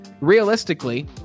Realistically